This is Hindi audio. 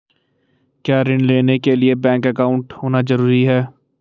क्या ऋण लेने के लिए बैंक अकाउंट होना ज़रूरी है?